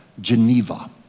Geneva